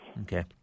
Okay